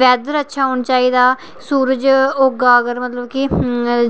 weather अच्छा होना चाहिदा सूरज होगा अगर मतलब कि